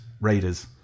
raiders